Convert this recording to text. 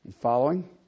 Following